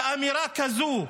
באמירה כזו,